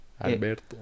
Alberto